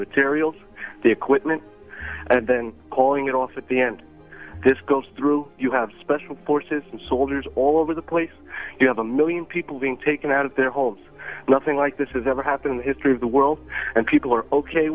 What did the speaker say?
materials the equipment and then calling it off at the end this goes through you have special forces and soldiers all over the place you have a million people being taken out of their homes nothing like this has ever happen in the history of the world and people are ok